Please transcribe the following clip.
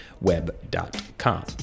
Web.com